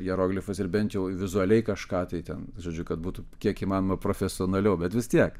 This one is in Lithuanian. hieroglifais ir bent jau vizualiai kažką tai ten žodžiu kad būtų kiek įmanoma profesionaliau bet vis tiek